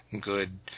good